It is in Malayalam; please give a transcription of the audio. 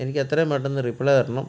എനിക്ക് എത്രയും പെട്ടന്ന് റിപ്ലേ തരണം